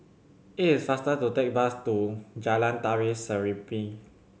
it is faster to take the bus to Jalan Tari Serimpi